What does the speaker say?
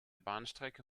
bahnstrecke